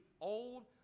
old